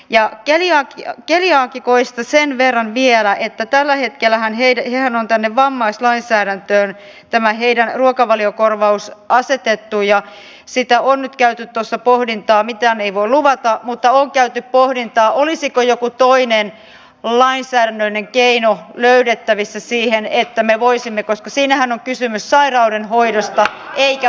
ja keliaakikoista sen verran vielä että tällä hetkellähän on tänne vammaislainsäädäntöön tämä heidän ruokavaliokorvauksensa asetettu ja siitä on nyt käyty tuossa pohdintaa mitään ei voi luvata mutta on käyty pohdintaa olisiko joku toinen lainsäädännöllinen keino löydettävissä siihen koska siinähän on kysymys sairauden hoidosta eikä vammaisuudesta